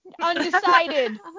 Undecided